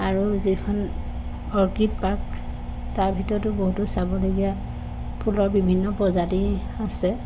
আৰু যিখন orchid park তাৰ ভিতৰতো বহুতো চাবলগীয়া ফুলৰ বিভিন্ন প্ৰজাতি আছে